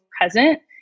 present